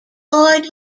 line